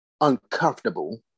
uncomfortable